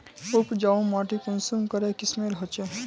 उपजाऊ माटी कुंसम करे किस्मेर होचए?